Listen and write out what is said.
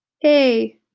Hey